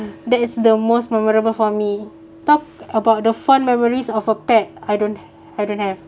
that is the most memorable for me talk about the fond memories of a pet I don't don't have